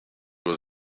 was